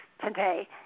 today